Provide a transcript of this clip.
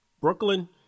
Brooklyn